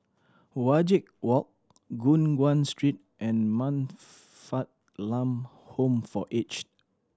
Wajek Walk Guan Street and Man Fatt Lam Home for Aged